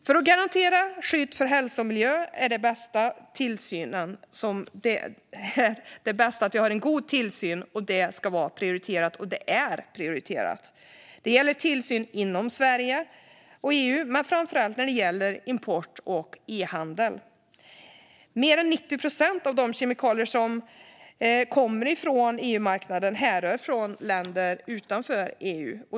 För att garantera skydd av hälsa och miljö måste tillsynen vara god och högt prioriterad - vilket den är. Det gäller tillsyn inom Sverige och EU men framför allt import och e-handel. Mer än 90 procent av de kemikalier som kommer från EU-marknaden härrör från länder utanför EU.